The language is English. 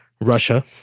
Russia